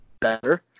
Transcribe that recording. better